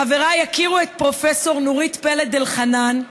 חבריי, הכירו את פרופ' נורית פלד-אלחנן,